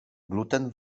gluten